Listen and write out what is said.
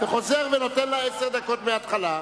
וחוזר ונותן לה עשר דקות מההתחלה.